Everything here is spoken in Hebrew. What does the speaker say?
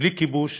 בלי כיבוש